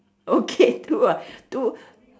okay two ah two